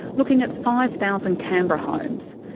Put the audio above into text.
looking at five thousand canberra homes.